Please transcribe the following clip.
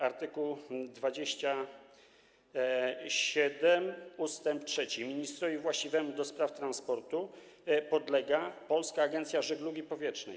Art. 27 ust. 3: ministrowi właściwemu do spraw transportu podlega Polska Agencja Żeglugi Powietrznej.